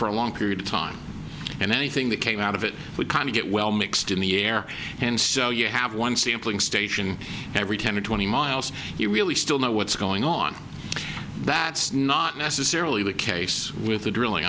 for a long period of time and anything that came out of it would get well mixed in the air and so you have one sampling station every ten or twenty miles you really still know what's going on that's not necessarily the case with the drilling